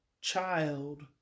child